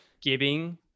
giving